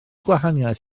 gwahaniaeth